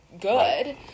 good